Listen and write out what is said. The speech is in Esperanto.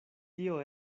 tio